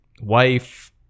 wife